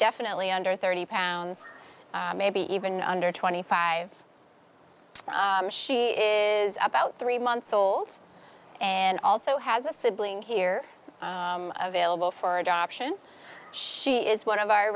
definitely under thirty pounds maybe even under twenty five she is about three months old and also has a sibling here available for adoption she is one of our